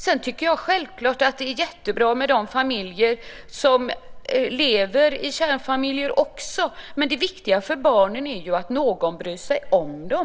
Sedan tycker jag självfallet att det är jättebra att det finns kärnfamiljer också. Men det viktiga för barnen är att någon bryr sig om dem.